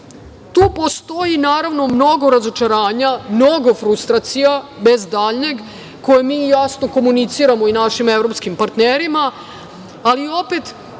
tu postoji mnogo razočaranja, mnogo frustracija, bez daljnjeg, koje mi jasno komuniciramo i našim evropskim partnerima, ali opet